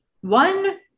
one